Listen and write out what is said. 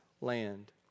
land